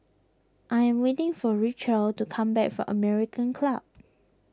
I am waiting for Richelle to come back from American Club